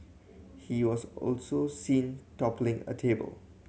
he was also seen toppling a table